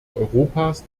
europas